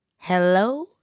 Hello